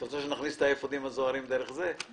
את רוצה שנכניס את האפודים הזוהרים דרך זה?